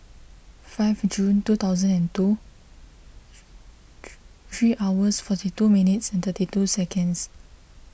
five June two thousand and two three hours forty two minutes thirty two seconds